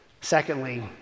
Secondly